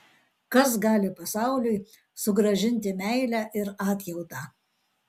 kas gali pasauliui sugrąžinti meilę ir atjautą